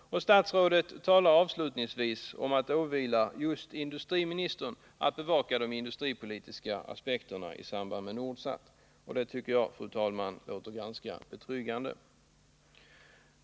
Och statsrådet talar avslutningsvis om att det åvilar just industriministern att bevaka de industripolitiska aspekterna i samband med Nordsat — och det tycker jag, fru talman, låter ganska betryggande.